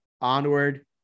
Onward